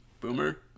Boomer